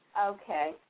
Okay